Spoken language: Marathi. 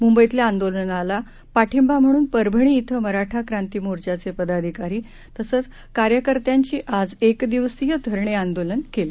मुंबईतल्या आंदोलनाला पाठिंबा म्हणून परभणी इथं मराठा क्रांती मोर्चाचे पदाधिकारी तसंच कार्यकर्त्यांनी आज एकदिवसीय धरणे आंदोलन केलं